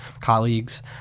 colleagues